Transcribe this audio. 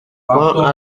prends